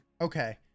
Okay